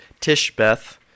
Tishbeth